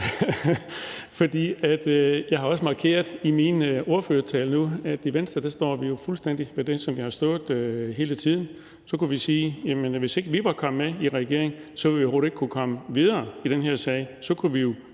for jeg har også markeret i min ordførertale, at i Venstre står vi fuldstændig ved det, som vi har stået for hele tiden. Så kunne vi sige, at hvis ikke vi var kommet med i regering, ville vi overhovedet ikke kunne komme videre i den her sag. Så kunne vi jo